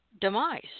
demise